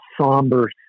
somber